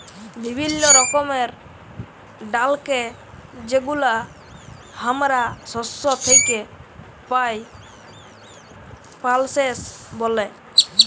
বিভিল্য রকমের ডালকে যেগুলা হামরা শস্য থেক্যে পাই, পালসেস ব্যলে